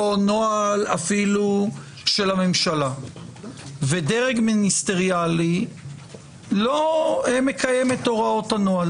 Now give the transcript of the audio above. אפילו נוהל של הממשלה ודרג מיניסטריאלי לא מקיים את הוראות הנוהל.